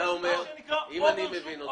אתה אומר, אם אני מבין אותך